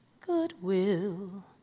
goodwill